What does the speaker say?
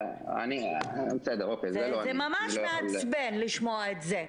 זה ממש מעצבן לשמוע את זה.